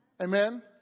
Amen